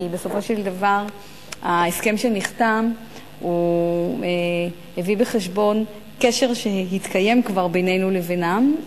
כי בסופו של דבר ההסכם שנחתם הביא בחשבון קשר שהתקיים כבר בינינו לבינם,